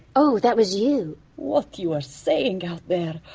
oh. that was you? what you were saying out there